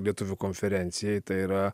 lietuvių konferencijai tai yra